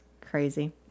Crazy